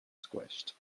squished